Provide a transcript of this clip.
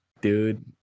dude